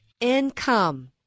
income